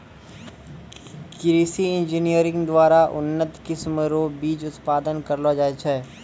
कृषि इंजीनियरिंग द्वारा उन्नत किस्म रो बीज उत्पादन करलो जाय छै